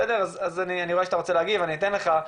אני רואה שאתה רוצה להגיב ואני אתן לך,